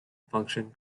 function